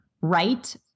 right